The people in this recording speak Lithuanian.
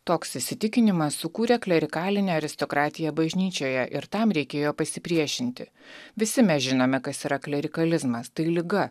toks įsitikinimas sukūrė klerikalinę aristokratiją bažnyčioje ir tam reikėjo pasipriešinti visi mes žinome kas yra klerikalizmas tai liga